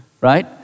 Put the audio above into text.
right